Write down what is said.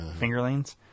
fingerlings